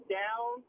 down